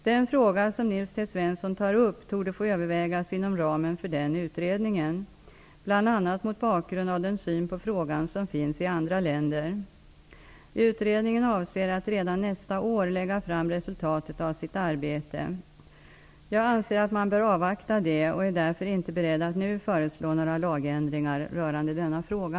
Den fråga som Nils T Svensson tar upp torde få övervägas inom ramen för den utredningen, bl.a. mot bakgrund av den syn på frågan som finns i andra länder. Utredningen avser att redan nästa år lägga fram resultatet av sitt arbete. Jag anser att man bör avvakta det och är därför inte beredd att nu föreslå några lagändringar rörande denna fråga.